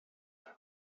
and